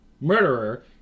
murderer